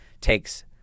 takes